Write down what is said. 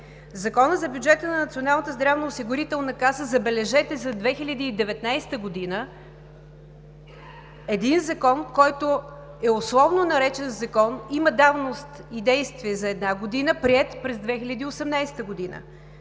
Законът за бюджета на Националната здравноосигурителна каса, забележете, за 2019 г. – един Закон, който е условно наречен Закон, има давност и действие за една година, приет през 2018 г.!